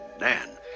Nan